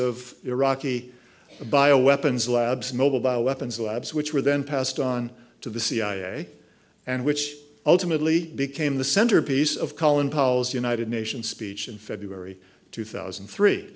of iraqi bio weapons labs mobile by weapons labs which were then passed on to the cia and which ultimately became the centerpiece of colin powell's united nations speech in february two thousand and three